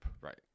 Right